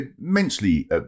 immensely